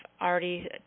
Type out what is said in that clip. already